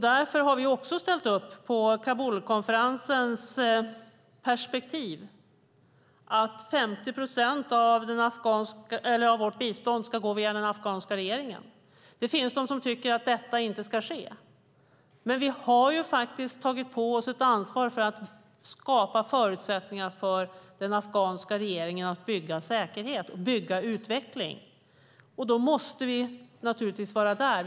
Därför har vi också ställt upp på Kabulkonferensens perspektiv, det vill säga att 50 procent av vårt bistånd ska gå via den afghanska regeringen. Det finns de som tycker att detta inte ska ske. Men vi har faktiskt tagit på oss ett ansvar för att skapa förutsättningar för den afghanska regeringen att bygga säkerhet och utveckling. Då måste vi naturligtvis vara där.